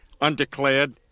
Undeclared